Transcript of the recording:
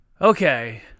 okay